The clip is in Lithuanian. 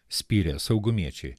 spyrė saugumiečiai